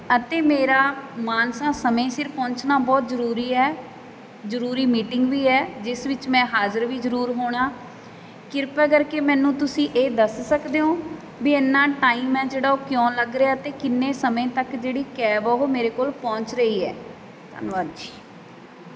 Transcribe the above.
ਅਤੇ ਮੇਰਾ ਮਾਨਸਾ ਸਮੇਂ ਸਿਰ ਪਹੁੰਚਣਾ ਬਹੁਤ ਜ਼ਰੂਰੀ ਹੈ ਜ਼ਰੂਰੀ ਮੀਟਿੰਗ ਵੀ ਹੈ ਜਿਸ ਵਿੱਚ ਮੈਂ ਹਾਜ਼ਰ ਵੀ ਜ਼ਰੂਰ ਹੋਣਾ ਕਿਰਪਾ ਕਰਕੇ ਮੈਨੂੰ ਤੁਸੀਂ ਇਹ ਦੱਸ ਸਕਦੇ ਹੋ ਵੀ ਇੰਨਾ ਟਾਈਮ ਹੈ ਜਿਹੜਾ ਉਹ ਕਿਉਂ ਲੱਗ ਰਿਹਾ ਅਤੇ ਕਿੰਨੇ ਸਮੇਂ ਤੱਕ ਜਿਹੜੀ ਕੈਬ ਆ ਉਹ ਮੇਰੇ ਕੋਲ ਪਹੁੰਚ ਰਹੀ ਹੈ ਧੰਨਵਾਦ ਜੀ